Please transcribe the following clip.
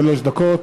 שלוש דקות.